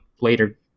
later